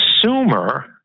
consumer